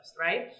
right